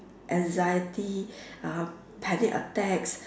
anxiety uh panic attacks